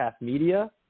Media